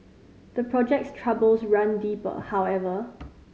the project's troubles run deeper however